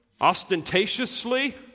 ostentatiously